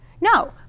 no